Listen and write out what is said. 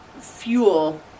fuel